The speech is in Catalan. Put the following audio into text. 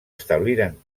establiren